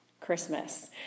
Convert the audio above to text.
Christmas